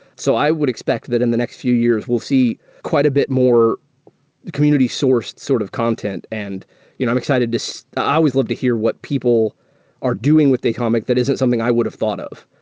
so i would expect that in the next few years we'll see quite a bit more community-sourced sort of content and you know i'm excited to so i always love to hear what people are doing with datomic that isn't something i would've thought of.